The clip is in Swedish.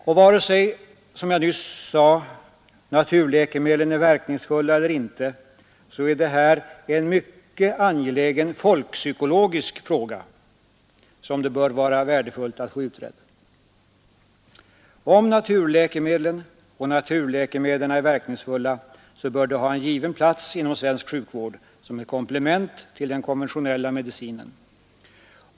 Och vare sig — som jag nyss sade — naturläkemedlen är verkningsfulla eller inte, så är det här en mycket angelägen folkpsykologisk fråga som det bör vara värdefullt att få utredd. Om naturläkemedlen och naturläkemetoderna är verkningsfulla, bör de ha en given plats inom svensk sjukvård, som ett komplement till den konventionella medicinen.